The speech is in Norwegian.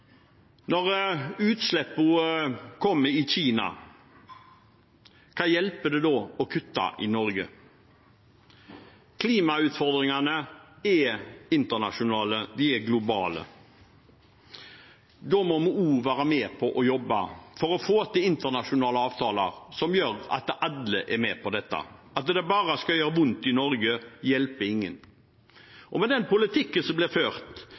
Når utslippene kommer i Kina, hva hjelper det da å kutte i Norge? Klimautfordringene er internasjonale, de er globale. Da må vi også være med på å jobbe for å få til internasjonale avtaler som gjør at alle er med på dette. At det bare skal gjøre vondt i Norge, hjelper ingen. Med den politikken som blir ført,